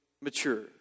mature